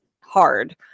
hard